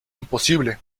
imposible